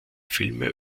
filme